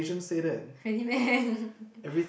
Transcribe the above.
really meh